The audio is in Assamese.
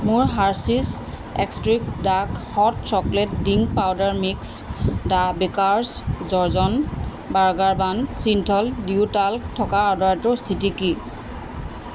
মোৰ Hershey's exotic dark hot chocolate drink powder mix the bakers dozen burger bun Cinthol deo talc থকা অৰ্ডাৰটোৰ স্থিতি কি